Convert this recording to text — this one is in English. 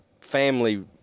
family